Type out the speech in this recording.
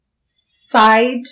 side